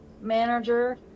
manager